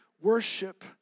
worship